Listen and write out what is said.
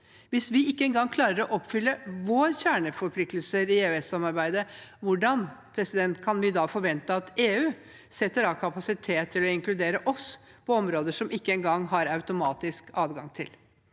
Hvis vi ikke engang klarer å oppfylle våre kjerneforpliktelser i EØS-samarbeidet, hvordan kan vi da forvente at EU skal sette av kapasitet til å inkludere oss på områder som vi ikke engang har automatisk adgang til?